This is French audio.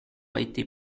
été